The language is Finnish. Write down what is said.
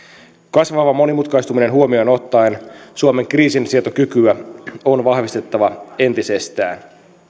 kasvava monimutkaistuminen huomioon ottaen suomen kriisinsietokykyä on vahvistettava entisestään